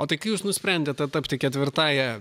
o tai kai jūs nusprendėte tapti ketvirtąja